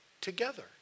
together